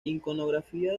iconografía